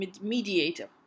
mediator